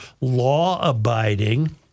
law-abiding